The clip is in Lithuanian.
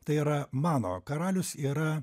tai yra mano karalius yra